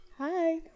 hi